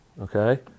okay